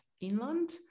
inland